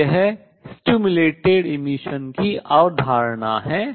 तो यह उद्दीपित उत्सर्जन की अवधारणा है